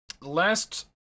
last